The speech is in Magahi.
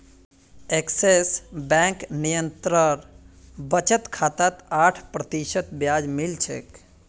एक्सिस बैंक निरंतर बचत खातात आठ प्रतिशत ब्याज मिल छेक